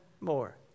more